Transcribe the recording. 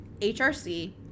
HRC